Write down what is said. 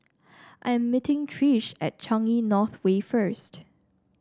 I am meeting Trish at Changi North Way first